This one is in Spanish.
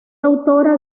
autora